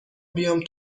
بیام